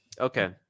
Okay